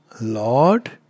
Lord